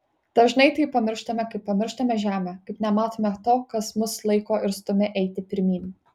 dažnai tai pamirštame kaip pamirštame žemę kaip nematome to kas mus laiko ir stumia eiti pirmyn